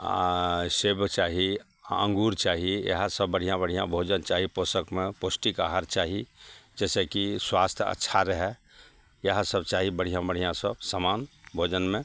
आ सेब चाही हँ अँगूर चाही इहए सब बढ़िआँ बढ़िआँ भोजन चाही पोषकमे पौष्टिक आहार चाही जैसेकी स्वास्थ अच्छा रहए इहए सब चाही बढ़िआँ बढ़िआँ सब समान भोजनमे